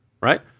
right